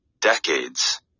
decades